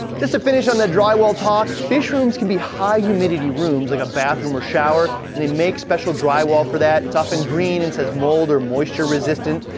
just to finish on that drywall talk, fish rooms can be high-humidity rooms like a bathroom or shower and they make special drywall for that. it's often green and says, mold or moisture resistant.